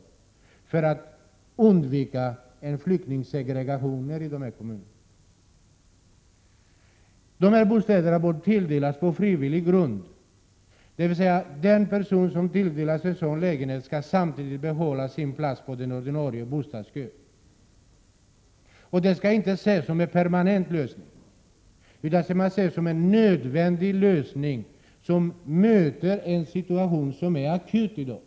Detta föreslår vi för att man skall undvika en flyktingsegregation i dessa kommuner. Dessa bostäder skall då tilldelas på frivillig grund, dvs. den person som tilldelas en sådan lägenhet skall samtidigt få behålla sin plats i den ordinarie bostadskön. Detta skall alltså inte ses som en permanent lösning utan som en nödvändig lösning för itt man skall kunna göra något åt den akuta situation som i dag råder.